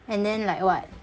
and then like what